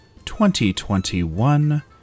2021